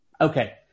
Okay